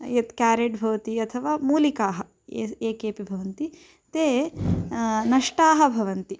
यत् केरेट् भवति अथवा मूलिकाः एकम् येकेपि भवन्ति ते नष्टाः भवन्ति